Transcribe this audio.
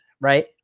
right